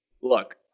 look